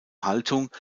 haltung